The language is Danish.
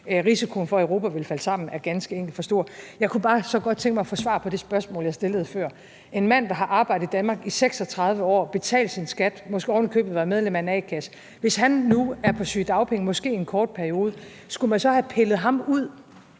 Risikoen for, at Europa ville falde sammen, er ganske enkelt for stor. Jeg kunne bare så godt tænke mig at få svar på det spørgsmål, jeg stillede før: Hvis en mand, der har arbejdet i Danmark i 36 år og betalt sin skat og måske ovenikøbet har været medlem af en a-kasse, nu er på sygedagpenge, måske i en kort periode, skulle man så have pillet ham ud